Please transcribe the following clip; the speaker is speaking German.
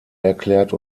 erklärt